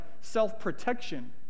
self-protection